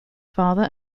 father